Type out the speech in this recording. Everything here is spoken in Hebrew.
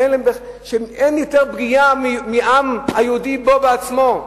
אין פגיעה גדולה יותר מהפגיעה של העם היהודי בו בעצמו.